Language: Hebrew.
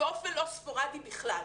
באופן לא ספורדי בכלל.